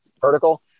Vertical